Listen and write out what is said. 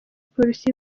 polisi